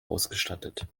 ausgestattet